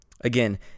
Again